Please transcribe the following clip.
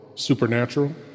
supernatural